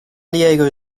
diego